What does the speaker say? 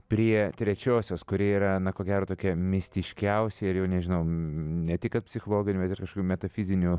prie trečiosios kuri yra na ko gero tokia mistiškiausia ir jau nežinau ne tik kad psichologinių bet ir metafizinių